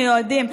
מיועדים,